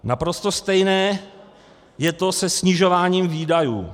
Naprosto stejné je to se snižováním výdajů.